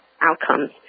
outcomes